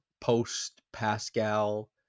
post-Pascal